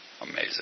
Amazing